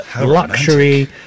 luxury